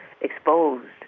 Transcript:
exposed